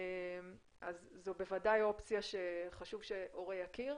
אז זו בוודאי אופציה שחשוב שכל הורה יכיר.